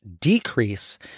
decrease